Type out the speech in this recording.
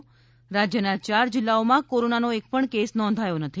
રાજ્યના ચાર જિલ્લાઓમાં કોરોનાનો એક પણ કેસ નોંધાયો નથી